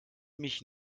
mich